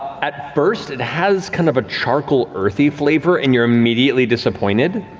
at first, it has kind of a charcoal, earthy flavor and you're immediately disappointed.